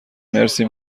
مرسی